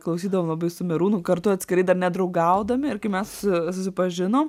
klausydavom labai su merūnu kartu atskrai dar nedraugaudami ir kai mes susipažinom